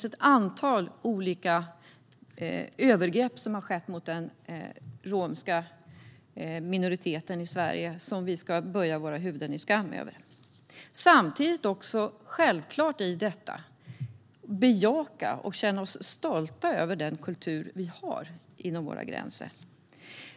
Ett antal olika övergrepp har skett mot den romska minoriteten i Sverige, vilket vi ska böja våra huvuden i skam inför. Samtidigt kan vi självklart bejaka och känna oss stolta över den kultur som vi faktiskt har inom våra gränser.